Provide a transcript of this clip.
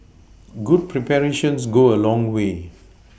good preparations go a long way